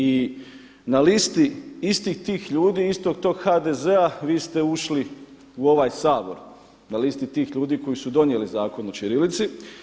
I na listi istih tih ljudi, istog tog HDZ-a vi ste ušli u ovaj Sabor na listi tih ljudi koji su donijeli Zakon o ćirilici.